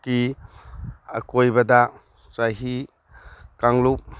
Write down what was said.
ꯀꯤ ꯑꯀꯣꯏꯕꯗ ꯆꯍꯤ ꯀꯥꯡꯂꯨꯞ